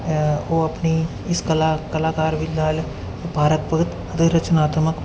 ਉਹ ਆਪਣੀ ਇਸ ਕਲਾ ਕਲਾਕਾਰ ਵੀ ਨਾਲ ਵਪਾਰਕ ਪਰਤ ਅਤੇ ਰਚਨਾਤਮਕ